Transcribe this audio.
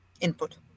input